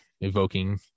evoking